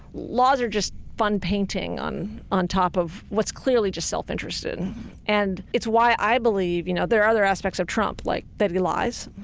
laws are just fun painting on on top of what's clearly just self-interest. and it's why i believe, you know there are other aspects of trump, like that he lies.